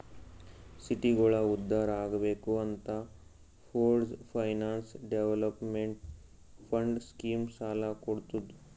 ಸಿಟಿಗೋಳ ಉದ್ಧಾರ್ ಆಗ್ಬೇಕ್ ಅಂತ pooled finance development fund scheme ಸಾಲ ಕೊಡ್ತುದ್